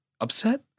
Upset